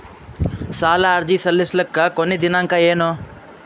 ಸಾಲ ಅರ್ಜಿ ಸಲ್ಲಿಸಲಿಕ ಕೊನಿ ದಿನಾಂಕ ಏನು?